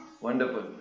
Wonderful